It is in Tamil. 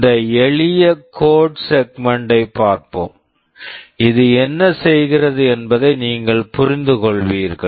இந்த எளிய கோட் செக்மென்ட் code segment ஐப் பார்ப்போம் இது என்ன செய்கிறது என்பதை நீங்கள் புரிந்துகொள்வீர்கள்